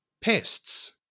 pests